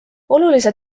olulise